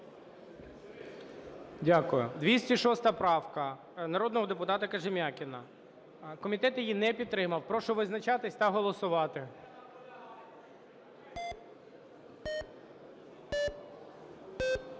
Дякую. 206 правка народного депутата Кожем'якіна. Комітет її не підтримав. Прошу визначатись та голосувати.